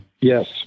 Yes